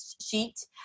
sheet